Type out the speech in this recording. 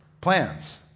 Plans